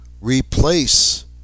replace